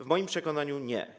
W moim przekonaniu nie.